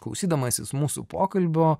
klausydamasis mūsų pokalbio